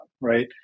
right